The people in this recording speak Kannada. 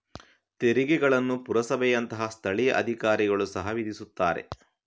ತೆರಿಗೆಗಳನ್ನು ಪುರಸಭೆಯಂತಹ ಸ್ಥಳೀಯ ಅಧಿಕಾರಿಗಳು ಸಹ ವಿಧಿಸುತ್ತಾರೆ